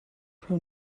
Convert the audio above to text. pro